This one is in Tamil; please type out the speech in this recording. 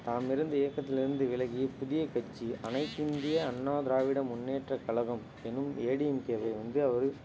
தாம் இருந்த இயக்கத்துலேர்ந்து விலகி புதியக் கட்சி அனைத்து இந்திய அண்ணா திராவிட முன்னேற்ற கழகம் என்னும் ஏடிஎம்கேவை வந்து அவர்